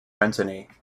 mentone